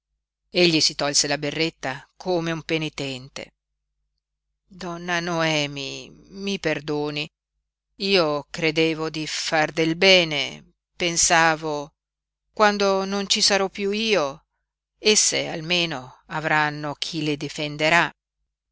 egli si tolse la berretta come un penitente donna noemi mi perdoni io credevo di far del bene pensavo quando non ci sarò piú io esse almeno avranno chi le difenderà